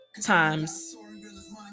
times